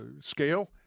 scale